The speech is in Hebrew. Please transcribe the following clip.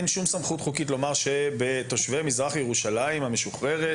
אין שום סמכות חוקית לומר שלתושבי מזרח ירושלים המשוחררת,